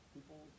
People